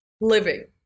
living